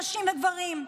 נשים וגברים,